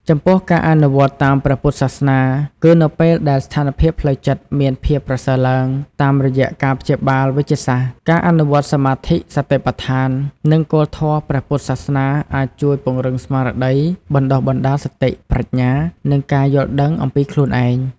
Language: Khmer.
ចំពោះការអនុវត្តន៍តាមព្រះពុទ្ធសាសនា គឺនៅពេលដែលស្ថានភាពផ្លូវចិត្តមានភាពប្រសើរឡើង តាមរយៈការព្យាបាលវេជ្ជសាស្ត្រ ការអនុវត្តន៍សមាធិ សតិប្បដ្ឋាន និងគោលធម៌ព្រះពុទ្ធសាសនាអាចជួយពង្រឹងស្មារតី បណ្ដុះបណ្ដាលសតិ ប្រាជ្ញា និងការយល់ដឹងអំពីខ្លួនឯង។